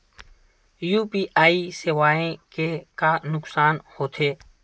UPI सेवाएं के का नुकसान हो थे?